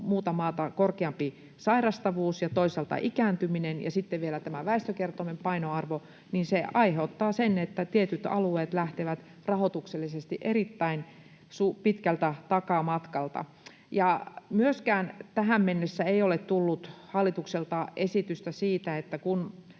muuta maata korkeampi sairastavuus ja toisaalta ikääntyminen ja sitten vielä tämä väestökertoimen painoarvo, niin se aiheuttaa sen, että tietyt alueet lähtevät rahoituksellisesti erittäin pitkältä takamatkalta. Tähän mennessä ei ole tullut hallitukselta esitystä myöskään siitä, että kun